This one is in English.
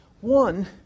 One